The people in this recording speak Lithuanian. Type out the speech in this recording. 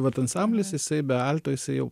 vat ansamblis jisai be alto jisai jau